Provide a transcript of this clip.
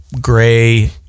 gray